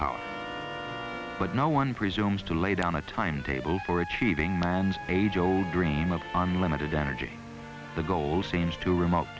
power but no one presumes to lay down a timetable for achieving man's age old dream of unlimited energy the goal seems too remote